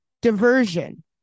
diversion